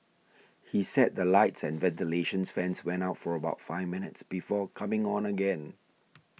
he said the lights and ventilation fans went out for about five minutes before coming on again